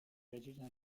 regina